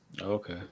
Okay